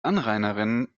anrainerinnen